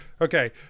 okay